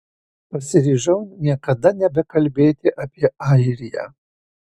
pasiryžau niekada nebekalbėti apie airiją